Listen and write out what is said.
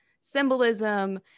symbolism